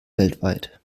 weltweit